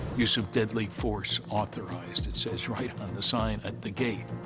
use of deadly force authorized, it says, right on the sign at the gate.